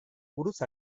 buruz